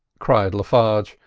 cried le farge,